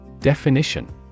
Definition